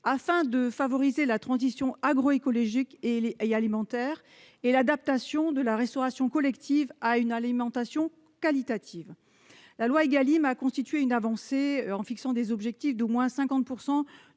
afin de favoriser la transition agroécologique et alimentaire et l'adaptation de la restauration collective à une alimentation de qualité. La loi Égalim a permis une avancée en fixant des objectifs d'au moins 50